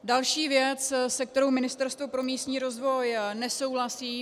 Další věc, se kterou Ministerstvo pro místní rozvoj nesouhlasí.